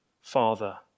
Father